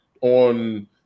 on